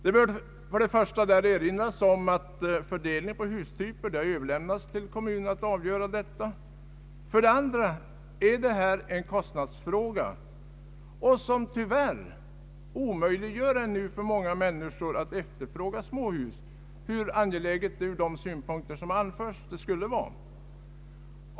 Då bör för det första konstateras att fördelningen på hustyper har överlämnats till kommunerna för avgörande. För det andra är detta en kostnadsfråga, som tyvärr omöjliggör för många människor att efterfråga småhus, hur angeläget det än vore.